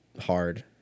hard